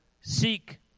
Seek